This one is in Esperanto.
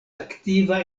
aktiva